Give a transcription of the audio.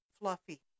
fluffy